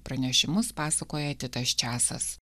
pranešimus pasakoja titas česas